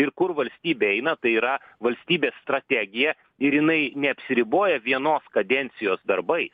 ir kur valstybė eina tai yra valstybės strategija ir jinai neapsiriboja vienos kadencijos darbai